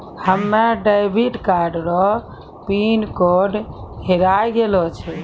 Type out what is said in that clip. हमे debit card रो pin code हेराय गेलो छै